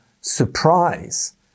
surprise